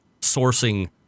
sourcing